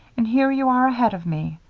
and here you are ahead of me.